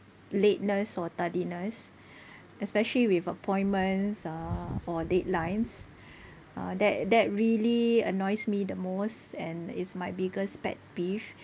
lateness or tardiness especially with appointments uh for deadlines uh that that really annoys me the most and it's my biggest pet peeve